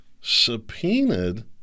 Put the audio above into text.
subpoenaed